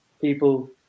people